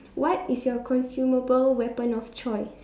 what is your consumable weapon of choice